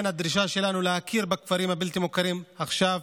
הדרישה שלנו היא להכיר בכפרים הבלתי-מוכרים עכשיו.